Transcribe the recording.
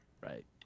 Right